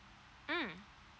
mm